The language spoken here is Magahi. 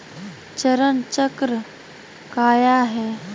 चरण चक्र काया है?